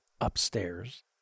upstairs